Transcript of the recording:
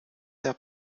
der